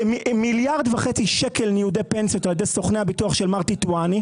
מיליארד וחצי שקלים ניודי פנסיות על ידי סוכני הביטוח של מר טיטואני.